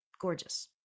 Gorgeous